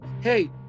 hey